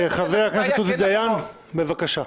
חבר הכנסת עוזי דיין, בבקשה.